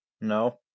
No